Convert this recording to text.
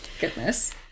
Goodness